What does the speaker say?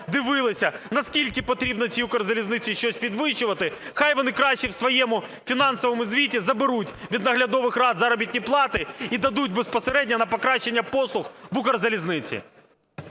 дивилися, наскільки потрібно цій Укрзалізниці щось підвищувати, хай вони краще у своєму фінансовому звіті заберуть від наглядових рад заробітні плати і дадуть безпосередньо на покращення послуг в Укрзалізниці.